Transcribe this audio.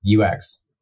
UX